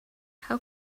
how